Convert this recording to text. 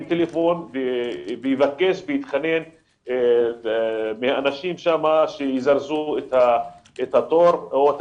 טלפון ויבקש ויתחנן לאנשים שם שיזרזו את התור או את